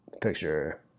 picture